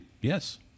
yes